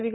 V